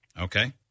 Okay